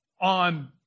on